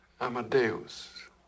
Amadeus